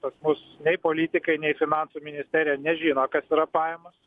pas mus nei politikai nei finansų ministerija nežino kas yra pajamos